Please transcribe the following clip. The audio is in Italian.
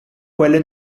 quelle